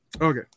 Okay